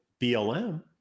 BLM